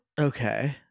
okay